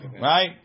right